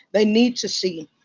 they need to see